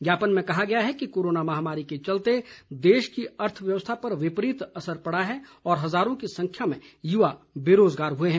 ज्ञापन में कहा गया है कि कोरोना महामारी के चलते देश की अर्थव्यवस्था पर विपरीत असर पड़ा है और हजारों की संख्या में युवा बेरोजगार हुए हैं